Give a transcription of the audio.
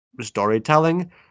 storytelling